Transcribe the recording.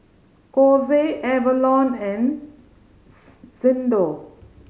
Kose Avalon and Xndo